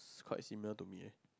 it's quite similar to me eh